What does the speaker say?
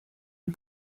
and